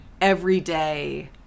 everyday